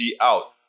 out